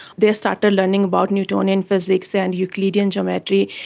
they started learning about newtonian physics and euclidean geometry,